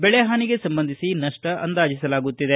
ಬೆಳೆ ಹಾನಿಗೆ ಸಂಬಂಧಿಸಿ ನಷ್ಟ ಅಂದಾಜೆಸಲಾಗುತ್ತಿದೆ